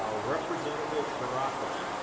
ah representative garofalo